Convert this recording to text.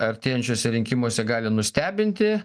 artėjančiuose rinkimuose gali nustebinti